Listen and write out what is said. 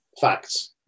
facts